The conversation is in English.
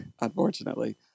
unfortunately